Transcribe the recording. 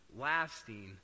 lasting